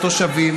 ולתושבים.